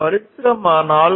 పరిశ్రమ 4